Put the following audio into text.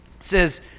says